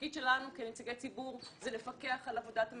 התפקיד שלנו כנציגי ציבור זה לפקח על עבודת הממשלה.